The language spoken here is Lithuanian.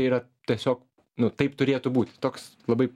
yra tiesiog nu taip turėtų būt toks labai